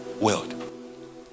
world